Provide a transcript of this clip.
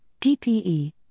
PPE